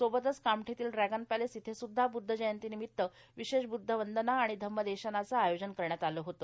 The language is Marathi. सोबतच कामठीतील ड्रॅगन पॅलेस इथे सुध्दा ब्ध्द जयंतीनिमित्त विशेष ब्ध्द वंदना आणि धम्मदेशनाचे आयोजन करण्यात आले होते